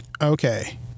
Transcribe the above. Okay